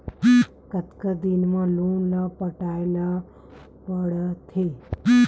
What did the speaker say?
कतका दिन मा लोन ला पटाय ला पढ़ते?